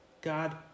God